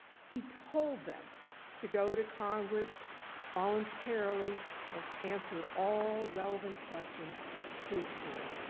he told them to go to congress voluntarily and answer all relevant questions truthfully.